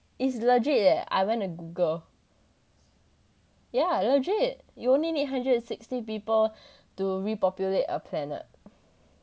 it's legit leh I went to google ya legit you only need hundred and sixty people to repopulate a planet